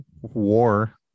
War